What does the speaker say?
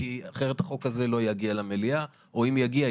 כי אחרת החוק הזה לא יגיע למליאה או אם יגיע,